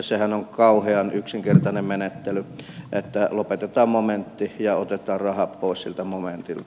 sehän on kauhean yksinkertainen menettely että lopetetaan momentti ja otetaan rahat pois siltä momentilta